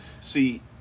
See